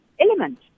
element